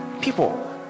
People